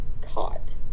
caught